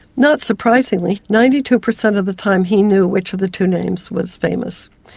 not surprisingly ninety two percent of the time he knew which of the two names was famous.